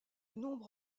nombre